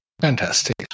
Fantastic